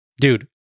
Dude